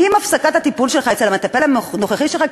עם הפסקת הטיפול שלך אצל המטפל הנוכחי שלך,